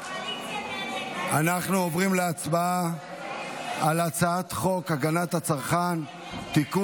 אנחנו עוברים להצבעה על הצעת חוק הגנת הצרכן (תיקון,